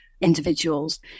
individuals